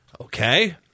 okay